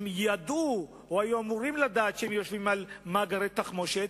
הם ידעו או אמורים היו לדעת שהם יושבים על מאגרי תחמושת,